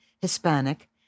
Hispanic